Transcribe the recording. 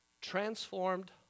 transformed